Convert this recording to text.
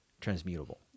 transmutable